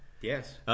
Yes